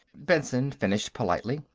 benson finished politely.